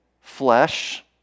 flesh